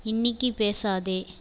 இன்னிக்கு பேசாதே